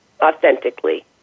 authentically